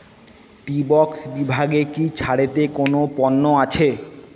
টি box বিভাগে কি ছাড়েতে কোনো পণ্য আছে